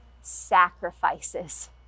sacrifices